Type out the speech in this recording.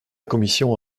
commission